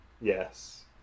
Yes